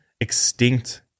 extinct